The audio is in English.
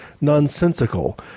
nonsensical